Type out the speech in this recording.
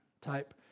type